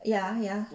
ya ya